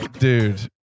Dude